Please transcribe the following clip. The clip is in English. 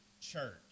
church